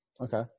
Okay